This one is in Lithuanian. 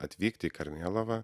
atvykti į karmėlavą